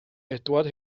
edward